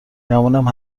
گمونم